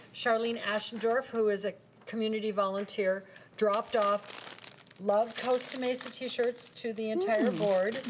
charlene ashendwarf who is a community volunteer dropped off love costa mesa t shirts, to the entire board.